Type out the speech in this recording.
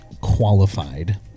qualified